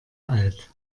alt